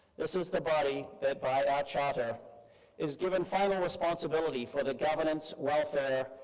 this is the body that by our charter is given final responsibility for the governance, welfare,